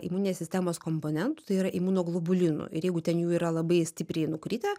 imuninės sistemos komponentų tai yra imunoglobulinų ir jeigu ten yra labai stipriai nukritę